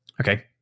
Okay